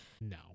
No